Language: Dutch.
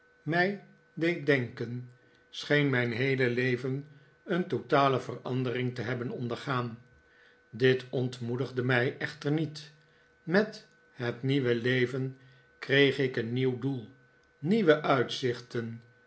mij deed denken scheen mijn heele leven een totale verandering te hebben ondergaan dit ontmoedigde mij echter niet met het nieuwe leven kreeg ik een nieuw doel nieuwe uitzichten